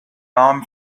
arm